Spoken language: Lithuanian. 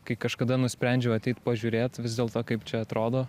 kai kažkada nusprendžiau ateit pažiūrėt vis dėlto kaip čia atrodo